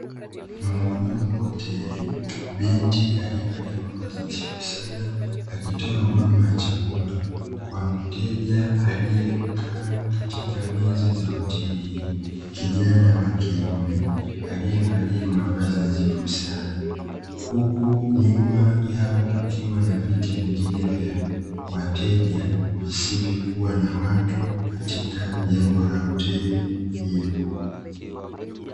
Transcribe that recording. Mhudumu wa hoteli, binti aliyevalia mavazi nadhifu sana, akitoa huduma ya chakula kwa mteja aliyekaa katika meza za hotel hiyo kijana wa kiume, aliyevalia mavazi nadhifu sana, huku nyuma yao kukiwa na viti vingine vya wateja visivyo kuwa na watu katika jengo la hotel hiyo.